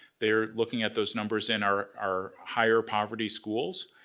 they're looking at those numbers in our our higher poverty schools.